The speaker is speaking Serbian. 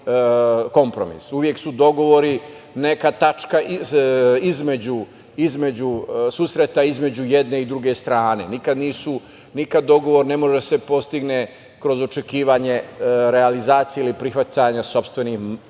kompromis. Uvek su dogovori neka tačka susreta između jedne i druge strane. Nikad dogovor ne može da se postigne kroz očekivanje realizacije ili prihvatanja sopstvenih